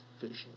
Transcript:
vision